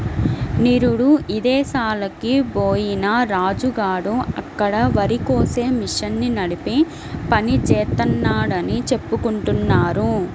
నిరుడు ఇదేశాలకి బొయ్యిన రాజు గాడు అక్కడ వరికోసే మిషన్ని నడిపే పని జేత్తన్నాడని చెప్పుకుంటున్నారు